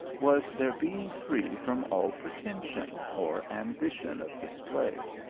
was their being free from all pretension or ambition of display.